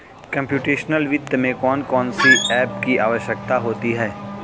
computational वित्त में कौन कौन सी एप की आवश्यकता होती है